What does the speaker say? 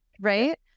right